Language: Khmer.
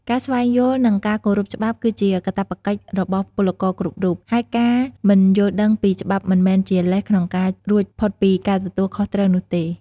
ការស្វែងយល់ និងការគោរពច្បាប់គឺជាកាតព្វកិច្ចរបស់ពលករគ្រប់រូប ហើយការមិនយល់ដឹងពីច្បាប់មិនមែនជាលេសក្នុងការរួចផុតពីការទទួលខុសត្រូវនោះទេ។